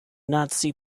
nazi